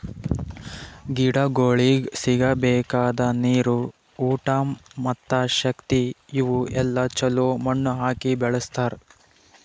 ಗಿಡಗೊಳಿಗ್ ಸಿಗಬೇಕಾದ ನೀರು, ಊಟ ಮತ್ತ ಶಕ್ತಿ ಇವು ಎಲ್ಲಾ ಛಲೋ ಮಣ್ಣು ಹಾಕಿ ಬೆಳಸ್ತಾರ್